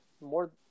more